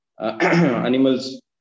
animals